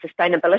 sustainability